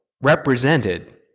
represented